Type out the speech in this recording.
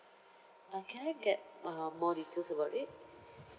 uh can I get uh more details about it